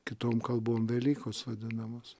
kitom kalbom velykos vadinamos